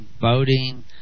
boating